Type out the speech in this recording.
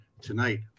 tonight